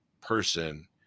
person